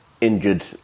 injured